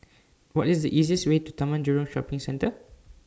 What IS The easiest Way to Taman Jurong Shopping Centre